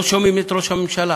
לא שומעים את ראש הממשלה,